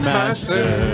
Master